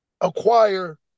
acquire